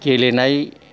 गेलेनाय